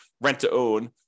rent-to-own